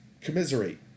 commiserate